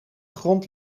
grond